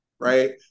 right